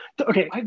okay